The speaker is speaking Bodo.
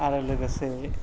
आरो लोगोसे